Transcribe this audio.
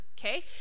okay